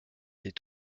est